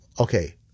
Okay